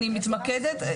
אני מתמקדת,